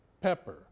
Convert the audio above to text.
pepper